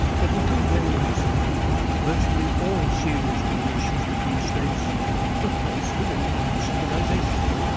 that until very recently virtually all serious relations between states took place within one civilization,